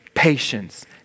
patience